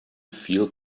feel